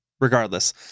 Regardless